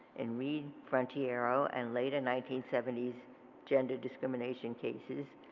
in reed frontiero and later nineteen seventy s gender discrimination cases,